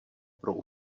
pro